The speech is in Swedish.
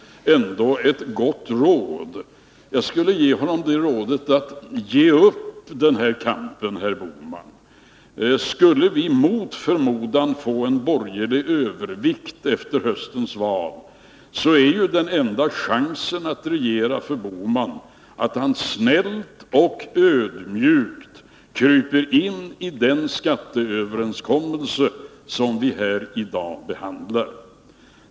Det råd jag skulle ge honom är: Ge upp den här kampen, herr Bohman! Skulle vi mot förmodan få en borgerlig övervikt efter höstens val, så är ju den enda chansen att regera för herr Bohman att han snällt och ödmjukt ”kryper in i” den skatteöverenskommelse som vi här i dag behandlar.